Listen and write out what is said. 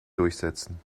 durchsetzen